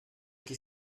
qui